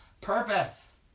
purpose